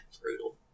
brutal